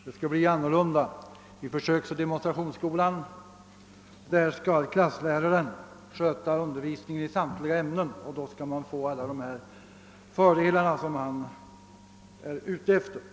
Det skall bli annorlunda i försöksoch demonstrationsskolan: där skall klassläraren sköta undervisningen i samtliga ämnen, och då skall man få alla dessa fördelar som herr Arvidson eftersträvar.